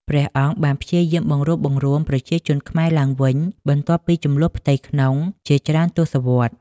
ព្រះអង្គបានព្យាយាមបង្រួបបង្រួមប្រជាជនខ្មែរឡើងវិញបន្ទាប់ពីជម្លោះផ្ទៃក្នុងជាច្រើនទសវត្សរ៍។